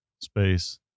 space